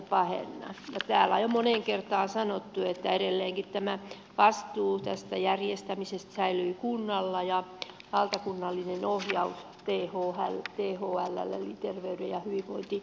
täällä on jo moneen kertaan sanottu että edelleenkin tämä vastuu tästä järjestämisestä säilyy kunnalla ja valtakunnallinen ohjaus thlllä eli terveyden ja hyvinvoinnin laitoksella